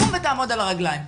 קום ותעמוד על הרגליים.